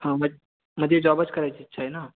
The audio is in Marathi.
हा मज् म्हणजे जॉबच करायची इच्छा आहे ना